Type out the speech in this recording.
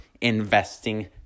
investing